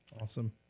awesome